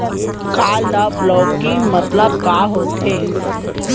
Card blocking मतलब का होथे?